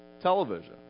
television